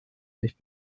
nicht